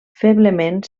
feblement